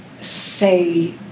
say